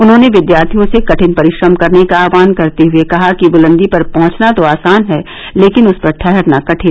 उन्होंने विद्यार्थियों से कठिन परिश्रम करने का आह्वान करते हुए कहा कि बुलंदी पर पहुंचना तो आसान है लेकिन उस पर ठहरना कठिन